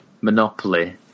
Monopoly